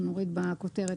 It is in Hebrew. אנחנו נוריד בכותרת,